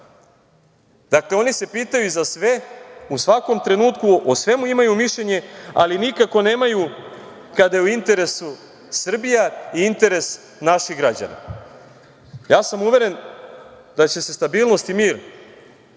oni se pitaju za sve, u svakom trenutku, o svemu imaju mišljenje, ali nikako nemaju kada je u interesu Srbija i interes naših građana. Ja sam uveren da će se stabilnost i mir